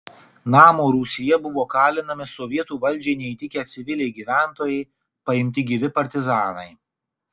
namo rūsyje buvo kalinami sovietų valdžiai neįtikę civiliai gyventojai paimti gyvi partizanai